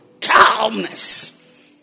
Calmness